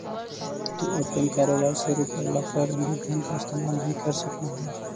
तू अपन कारोबार शुरू करे ला प्रारंभिक धन का इस्तेमाल भी कर सकलू हे